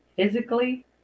physically